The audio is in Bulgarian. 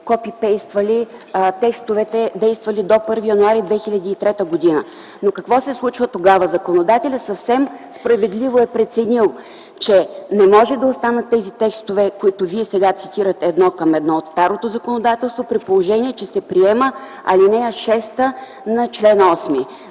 копи-пействали текстовете, действали до 1 януари 2003 г. Но какво се случва тогава? Законодателят съвсем справедливо е преценил, че не може да останат тези текстове, които вие сега цитирате едно към едно от старото законодателство, при положение че се приема ал. 6 на чл. 8.